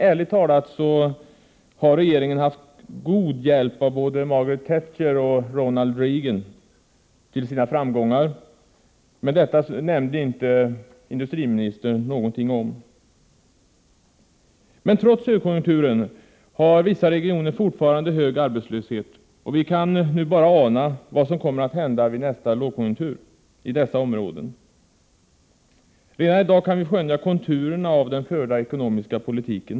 Ärligt talat har regeringen haft god hjälp till sina framgångar av både Margaret Thatcher och Ronald Reagan, men det nämnde inte industriministern någonting om. Trots högkonjunkturen har dock vissa regioner fortfarande hög arbetslöshet, och vi kan nu bara ana vad som kommer att hända i dessa områden vid nästa lågkonjunktur. Redan i dag kan vi skönja konturerna av den förda ekonomiska politiken.